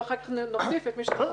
ואחר כך נוסיף את מי שנדע.